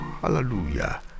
Hallelujah